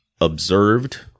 observed